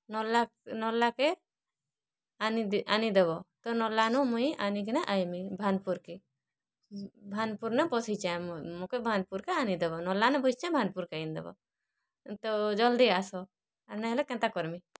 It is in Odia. ନର୍ଲା ନର୍ଲା କେ ଆନିଦେବ ତ ନର୍ଲା ନୁ ମୁଇଁ ଆନିକିନା ଆଏଁମି ଭାନ୍ପୁର୍ କେ ଭାନ୍ପୁର୍ ନେ ବସିଛେଁ ମୁଇଁ ମକେ ଭାନ୍ପୁର୍ କେ ଆନିଦେବ ନର୍ଲା ନେ ବସିଛେଁ ଭାନ୍ପୁର୍ କେ ଆନିଦେବ ତ ଜଲ୍ଦି ଆସ ନିହେଲେ କେନ୍ତା କର୍ମି